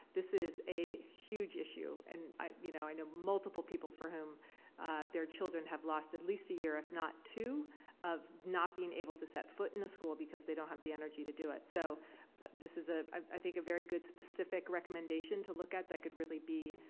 this is a huge issue and i you know i know multiple people for whom their children have lost at least a year if not two of not being able to set foot in a school because they don't have the energy to do it. so this is a, i think a very good specific recommendation to look at that could really be